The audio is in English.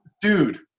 Dude